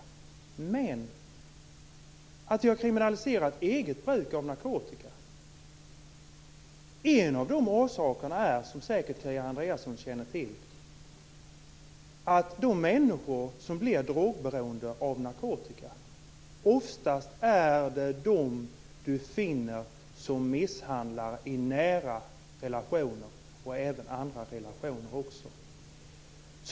En av orsakerna till att vi har kriminaliserat eget bruk av narkotika är, som Kia Andreasson säkert känner till, att det oftast är människor som är drogberoende som misshandlar i nära relationer - och även i andra relationer.